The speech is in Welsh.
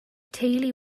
teulu